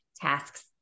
tasks